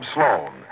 Sloan